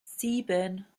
sieben